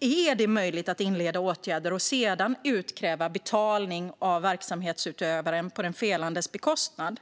är möjligt att inleda åtgärder och sedan utkräva betalning av verksamhetsutövaren på den felandes bekostnad.